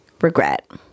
Regret